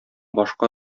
башка